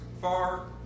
far